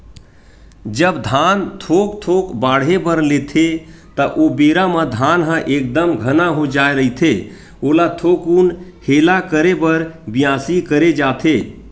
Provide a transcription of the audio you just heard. जब धान थोक थोक बाड़हे बर लेथे ता ओ बेरा म धान ह एकदम घना हो जाय रहिथे ओला थोकुन हेला करे बर बियासी करे जाथे